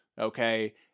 okay